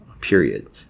period